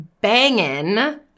banging